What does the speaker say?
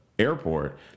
Airport